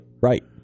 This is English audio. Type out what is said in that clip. Right